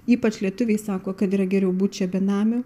ypač lietuviai sako kad yra geriau būt čia benamiu